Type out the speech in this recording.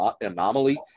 anomaly